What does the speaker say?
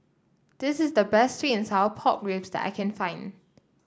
this is the best sweet and Sour Pork Ribs that I can find